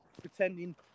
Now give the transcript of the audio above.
pretending